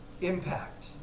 impact